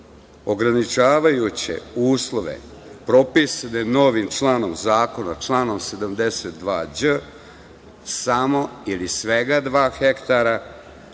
ograničavajuće uslove, propisane novim članom zakona, članom 72đ samo ili svega dva hektara